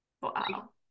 Wow